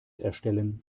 erstellen